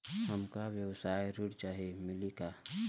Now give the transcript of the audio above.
हमका व्यवसाय ऋण चाही मिली का?